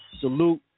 Salute